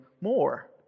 more